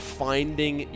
finding